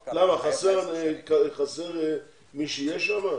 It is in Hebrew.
חסר מי שיהיה שם?